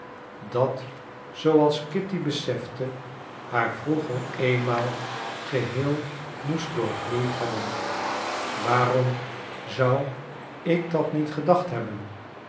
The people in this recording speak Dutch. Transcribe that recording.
dat zooals kitty besefte haar vroeger eenmaal geheel moest doorgloeid hebben waarom zou ik dat niet gedacht hebben